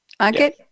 okay